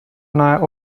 nahe